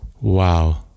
Wow